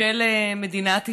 של מדינת ישראל.